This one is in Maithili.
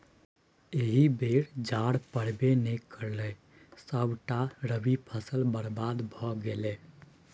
एहि बेर जाड़ पड़बै नै करलै सभटा रबी फसल बरबाद भए गेलै